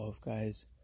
guys